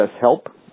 help